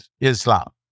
Islam